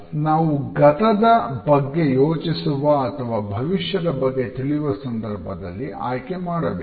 ನಾವು ಗತದ ಬಗ್ಗೆ ಯೋಚಿಸುವ ಅಥವಾ ಭವಿಷ್ಯದ ಬಗ್ಗೆ ತಿಳಿಯುವದರಲ್ಲಿ ಆಯ್ಕೆ ಮಾಡಬೇಕು